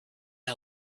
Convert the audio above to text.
our